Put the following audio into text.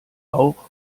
auch